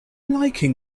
liking